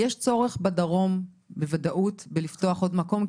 יש צורך בוודאות לפתוח עוד מקום בדרום?